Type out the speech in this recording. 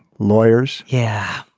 lawyers. yeah.